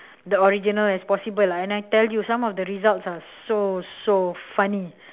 the original as possible and I tell you some of the results are so so funny